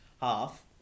half